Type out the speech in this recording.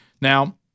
Now